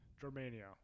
Germania